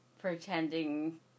pretending